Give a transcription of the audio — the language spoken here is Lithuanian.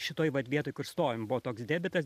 šitoj vietoj kur stovim buvo toks debitas